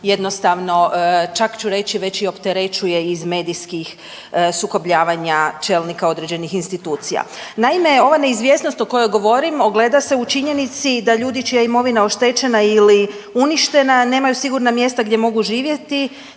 jednostavno, čak ću reći, već i opterećuje iz medijskih sukobljavanja čelnika određenih institucija. Naime, ova neizvjesnost o kojoj govorim, ogleda se u činjenici da ljudi čija je imovina oštećena ili uništena nemaju sigurna mjesta gdje mogu živjeti,